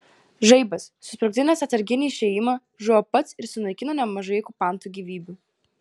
žaibas susprogdinęs atsarginį išėjimą žuvo pats ir sunaikino nemažai okupantų gyvybių